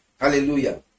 Hallelujah